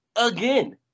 again